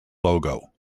logo